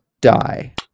die